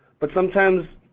but sometimes,